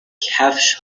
کفش